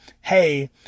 hey